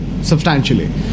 substantially